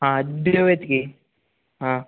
हां देऊयात की हां